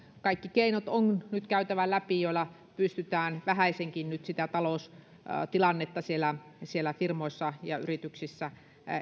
kaikki keinot on nyt käytävä läpi joilla pystytään vähäisenkin nyt sitä taloustilannetta siellä firmoissa ja yrityksissä